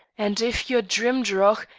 and if your drimdarroch,